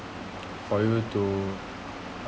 for you to